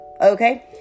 Okay